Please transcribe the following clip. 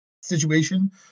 situation